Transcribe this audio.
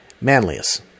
Manlius